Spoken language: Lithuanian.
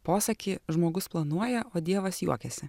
posakį žmogus planuoja o dievas juokiasi